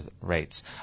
rates